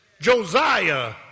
Josiah